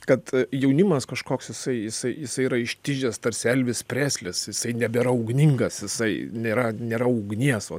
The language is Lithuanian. kad jaunimas kažkoks jisai jisai jisai yra ištižęs tarsi elvis preslis jisai nebėra ugningas jisai nėra nėra ugnies